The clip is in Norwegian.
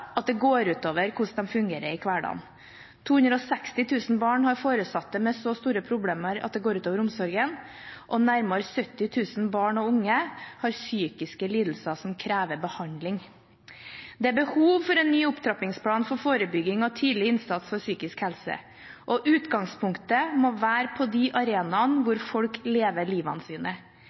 at det går ut over hvordan de fungerer i hverdagen. 260 000 barn har foresatte med så store problemer at det går ut over omsorgen, og nærmere 70 000 barn og unge har psykiske lidelser som krever behandling. Det er behov for en ny opptrappingsplan for forebygging og tidlig innsats for psykisk helse, og utgangspunktet må være på de arenaene hvor folk lever